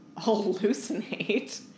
hallucinate